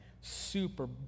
super